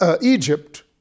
Egypt